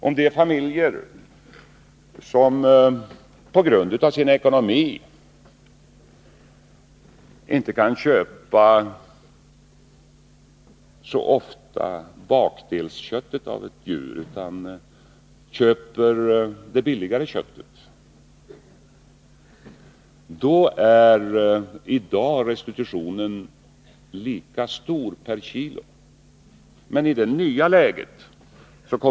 Det finns familjer som på grund av sin ekonomi inte så ofta kan köpa bakdelsköttet av ett djur utan köper det billigare köttet. I dag är restitutionen per kilo lika stor för det billigare köttet som för det dyrare.